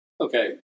okay